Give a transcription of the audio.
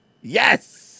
Yes